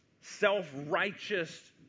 self-righteous